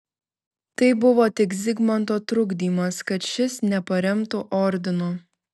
tai buvo tik zigmanto trukdymas kad šis neparemtų ordino